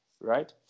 right